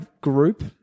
group